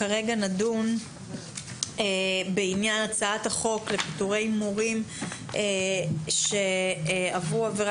נדון בהצעת חוק השעיה או פיטורין של עובדי הוראה